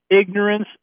ignorance